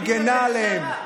היא מגינה עליהם.